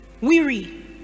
weary